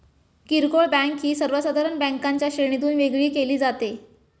किरकोळ बँक ही सर्वसाधारण बँकांच्या श्रेणीतून वेगळी केली जाते